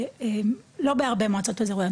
לא בהרבה מועצות אזוריות,